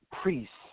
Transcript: priests